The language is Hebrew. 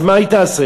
אז מה היא תעשה?